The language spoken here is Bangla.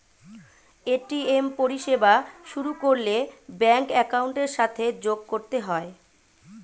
এ.টি.এম পরিষেবা শুরু করলে ব্যাঙ্ক অ্যাকাউন্টের সাথে যোগ করতে হয়